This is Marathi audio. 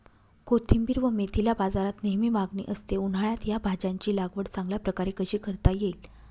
कोथिंबिर व मेथीला बाजारात नेहमी मागणी असते, उन्हाळ्यात या भाज्यांची लागवड चांगल्या प्रकारे कशी करता येईल?